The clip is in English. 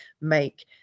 make